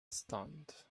stunt